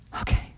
Okay